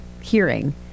hearing